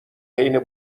حین